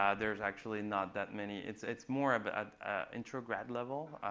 ah there's actually not that many. it's it's more of an intro-grad level.